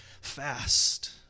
fast